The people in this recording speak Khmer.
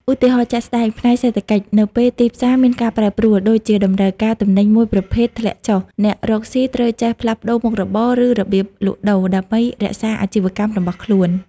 ឧទាហរណ៍ជាក់ស្ដែង ផ្នែកសេដ្ឋកិច្ច នៅពេលទីផ្សារមានការប្រែប្រួល (ដូចជាតម្រូវការទំនិញមួយប្រភេទធ្លាក់ចុះ) អ្នករកស៊ីត្រូវចេះផ្លាស់ប្តូរមុខរបរ ឬរបៀបលក់ដូរ ដើម្បីរក្សាអាជីវកម្មរបស់ខ្លួន។